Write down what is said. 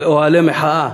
באוהלי מחאה.